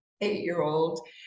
eight-year-old